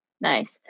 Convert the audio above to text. nice